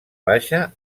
baixa